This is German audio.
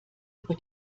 über